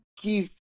give